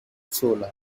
solar